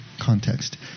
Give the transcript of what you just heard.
context